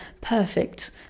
perfect